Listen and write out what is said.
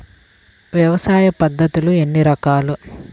వ్యవసాయ పద్ధతులు ఎన్ని రకాలు?